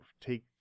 Take